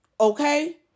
Okay